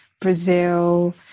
Brazil